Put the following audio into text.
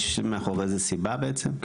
יש מאחורי זה סיבה בעצם?